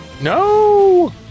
No